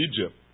Egypt